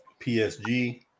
PSG